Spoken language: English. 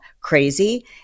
crazy